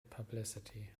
publicity